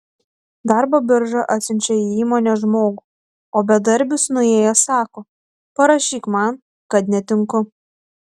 darbo birža atsiunčia į įmonę žmogų o bedarbis nuėjęs sako parašyk man kad netinku